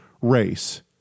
race